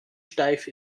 steif